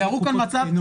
אלה קופות שקטנות.